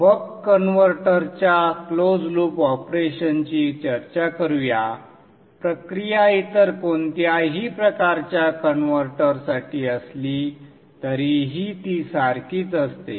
बक कन्व्हर्टरच्या close loop ऑपरेशनची चर्चा करूया प्रक्रिया इतर कोणत्याही प्रकारच्या कन्व्हर्टरसाठी असली तरीही ती सारखीच असते